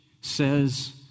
says